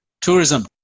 Tourism